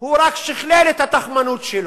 הוא רק שכלל את התכמנות שלו,